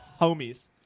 homies